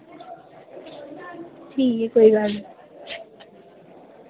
ठीक ऐ कोई गल्ल नि